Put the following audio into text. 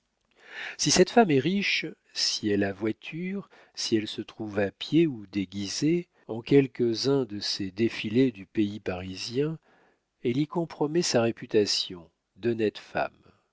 si cette femme est riche si elle a voiture si elle se trouve à pied ou déguisée en quelques-uns de ces défilés du pays parisien elle y compromet sa réputation d'honnête femme